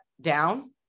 down